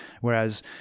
whereas